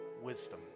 wisdom